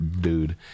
dude